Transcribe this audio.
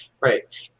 Right